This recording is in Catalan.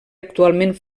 actualment